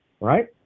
right